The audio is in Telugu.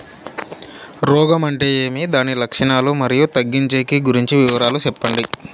రోగం అంటే ఏమి దాని లక్షణాలు, మరియు తగ్గించేకి గురించి వివరాలు సెప్పండి?